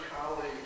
colleagues